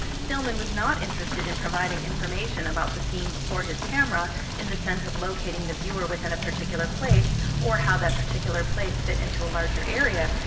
stillman was not interested in providing information about the scene before his camera in the sense of locating the viewer within a particular place or how that particular place fit into a larger area,